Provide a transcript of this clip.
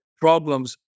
problems